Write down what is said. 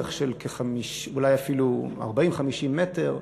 באורך של אולי אפילו 40 50 מטר.